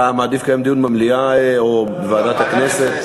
אתה מעדיף לקיים דיון במליאה או בוועדת הכנסת?